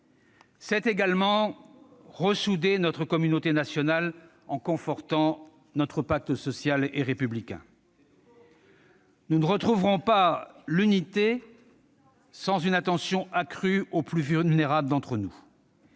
C'est également ressouder notre communauté nationale en confortant notre pacte social et républicain. » Voilà qui est nouveau !« Nous ne retrouverons pas l'unité sans une attention accrue aux plus vulnérables d'entre nous.